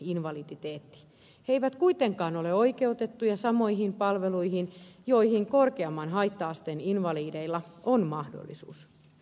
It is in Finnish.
he eivät kuitenkaan ole oikeutettuja samoihin palveluihin joihin korkeamman haitta asteen invalideilla on mahdollisuus